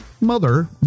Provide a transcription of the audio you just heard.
mother